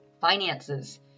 finances